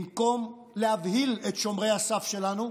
במקום להבהיל את שומרי הסף שלנו,